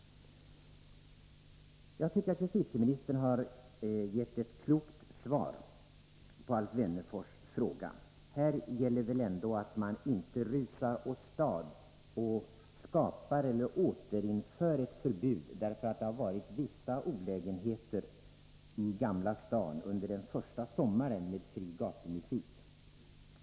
Jag tycker att justitieministern har gett ett klokt svar på Alf Wennerfors fråga. Här gäller det väl ändå att man inte rusar åstad och återinför ett förbud därför att det har varit vissa olägenheter i Gamla stan under den första sommaren med fri gatumusik.